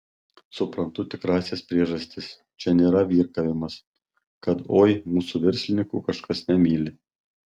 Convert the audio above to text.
suprantu tikrąsias priežastis čia nėra virkavimas kad oi mūsų verslininkų kažkas nemyli